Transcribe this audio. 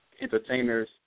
entertainers